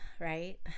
right